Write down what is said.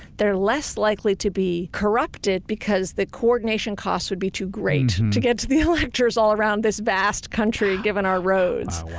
they're less likely to be corrupted because that coordination cost would be too great to get to the electors all around this vast country given our roads.